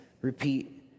repeat